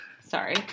Sorry